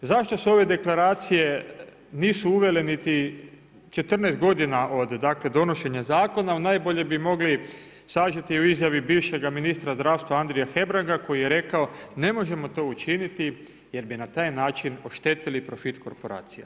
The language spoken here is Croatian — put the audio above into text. Zašto su ove deklaracije nisu uvele niti 14 g. od donošenja zakona, najbolje bi mogli sažeti u izjavi bivšega ministra zdravstva Andrije Hebranga, koji je ne možemo to učiniti jer bi na taj način oštetili profit korporacija.